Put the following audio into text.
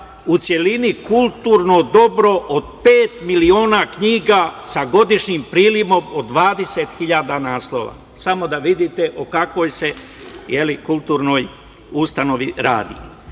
u celini kulturno dobro od pet miliona knjiga sa godišnjim prilivom od 20 hiljada naslova, samo da vidite o kakvoj se kulturnoj ustanovi